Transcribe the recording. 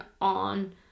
on